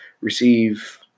receive